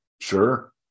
Sure